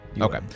Okay